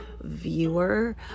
viewer